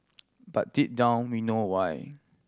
but deep down we know why